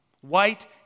white